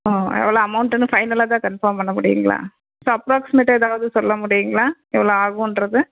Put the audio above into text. ஆ எவ்வளோ அமௌன்ட்டுன்னு ஃபைனலாகதான் கன்ஃபார்ம் பண்ண முடியுங்களா ஸோ அப்ராக்ஸ்மேட்டாக ஏதாவது சொல்ல முடியுங்களா எவ்வளோ ஆகுன்றதை